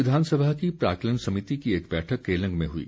प्रदेश विधानसभा की प्राकलन समिति की एक बैठक केलंग में हुई